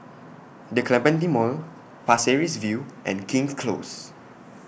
The Clementi Mall Pasir Ris View and King's Close